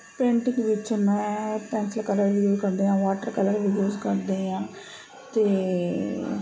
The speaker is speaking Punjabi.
ਪੇਂਟਿੰਗ ਵਿੱਚ ਮੈਂ ਪੈਂਸਿੰਲ ਕਲਰ ਯੂਜ ਕਰਦੀ ਹਾਂ ਵਾਟਰ ਕਲਰ ਯੂਜ਼ ਕਰਦੀ ਹਾਂ ਅਤੇ